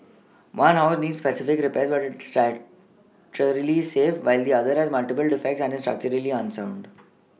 one house needs specific repairs but is structurally safe while the other has multiple defects and is unsound